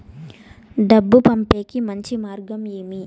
డబ్బు పంపేకి మంచి మార్గం ఏమి